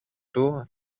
του